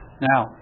Now